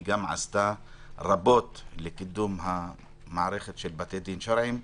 גם עשתה רבות לקידום המערכת של בתי הדין השרעיים.